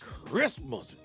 Christmas